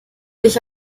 dich